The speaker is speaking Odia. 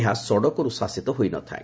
ଏହା ସଡ଼କର୍ତ ଶାସିତ ହୋଇ ନ ଥାଏ